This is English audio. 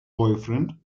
boyfriend